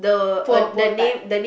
poor poor type